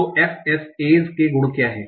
तो FSAs के गुण क्या हैं